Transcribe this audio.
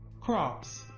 Crops